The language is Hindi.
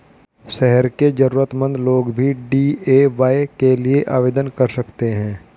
शहर के जरूरतमंद लोग भी डी.ए.वाय के लिए आवेदन कर सकते हैं